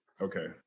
Okay